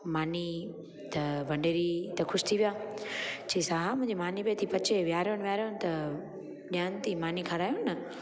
मानी त भंडेरी त ख़ुशि थी विया चयईसि हा हा मुंहिंजी मानी पेई थी पचे विहारोनि विहारोनि त ॾियानि थी मानी खारायोनि न